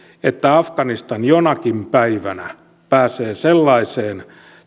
että afganistan jonakin päivänä pääsee sellaiseen